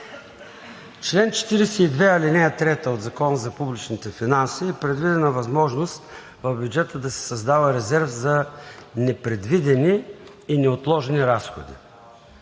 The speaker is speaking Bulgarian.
чл. 42, ал. 3 от Закона за публичните финанси е предвидена възможност в бюджета да се създава резерв за непредвидени и неотложни разходи.